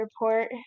report